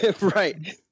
Right